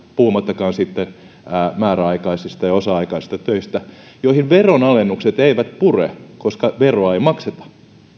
puhumattakaan sitten määräaikaisista ja osa aikaisista töistä joihin veronalennukset eivät pure koska veroa ei makseta